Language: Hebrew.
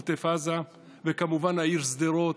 עוטף עזה וכמובן העיר שדרות,